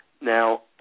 Now